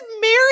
married